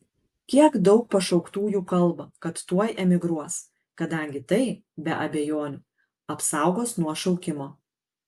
kiek daug pašauktųjų kalba kad tuoj emigruos kadangi tai be abejonių apsaugos nuo šaukimo